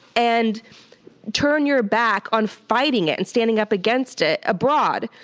and turn your back on fighting it and standing up against it abroad.